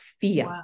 fear